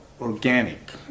organic